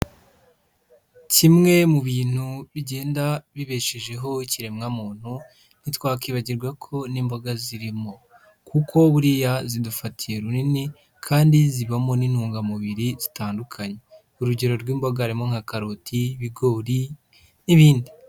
Kimwe mu bintu bigenda bibeshejeho ikiremwamuntu, ntitwakwibagirwa ko n'imboga zirimo, kuko buriya zidufatiye runini kandi zibamo n'intungamubiri zitandukanye, urugero rw'imboga harimo nka karoti, ibigori n'ibindi.